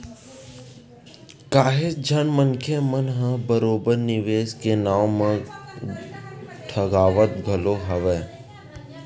काहेच झन मनखे मन ह बरोबर निवेस के नाव म ठगावत घलो हवय